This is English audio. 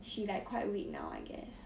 she like quite weak now I guess